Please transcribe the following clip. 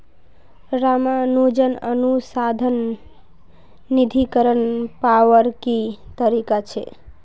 रामानुजन अनुसंधान निधीकरण पावार की तरीका छे